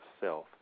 self